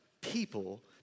people